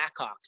Blackhawks